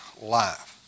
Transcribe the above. life